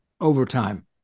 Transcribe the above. overtime